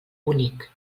únic